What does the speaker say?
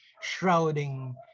shrouding